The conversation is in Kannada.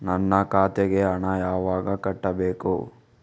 ನನ್ನ ಖಾತೆಗೆ ಹಣ ಯಾವಾಗ ಕಟ್ಟಬೇಕು?